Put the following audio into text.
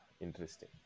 interesting